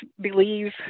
believe